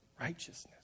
righteousness